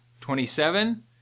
Twenty-seven